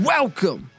Welcome